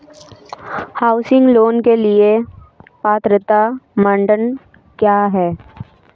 Housing loan के लिए पात्रता मानदंड क्या हैं?